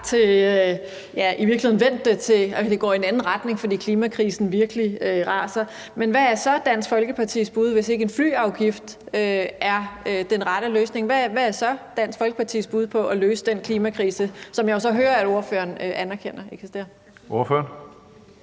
eller i virkeligheden vendt det til, at vi går i en anden retning, fordi klimakrisen virkelig raser. Men hvad er så Dansk Folkepartis bud, hvis ikke en flyafgift er den rette løsning? Hvad er så Dansk Folkepartis bud på at løse den klimakrise, som jeg jo så hører at ordføreren anerkender eksisterer?